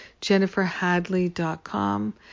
jenniferhadley.com